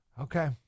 okay